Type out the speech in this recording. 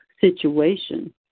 situation